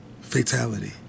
Fatality